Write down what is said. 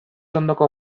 ondoko